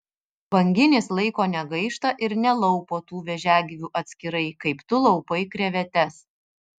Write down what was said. banginis laiko negaišta ir nelaupo tų vėžiagyvių atskirai kaip tu laupai krevetes